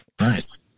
nice